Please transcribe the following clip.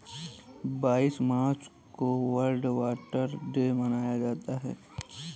बाईस मार्च को world water day मनाया जाता है